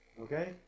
Okay